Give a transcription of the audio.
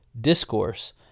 discourse